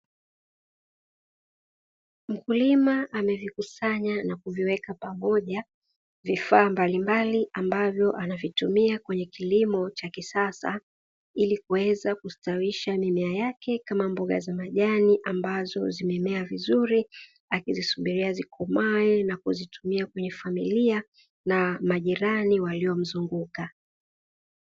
Mkulima amevikusanya na kuviweka pamoja vifaa mbalimbali ambavyo anavitumia kwenye kilimo cha kisasa, ili kuweza kustawisha mimea yake kama mboga za majani ambazo zimemea vizuri, akizisubiria zikomae na kuzitumia kwenye familia na majirani waliomzunguka.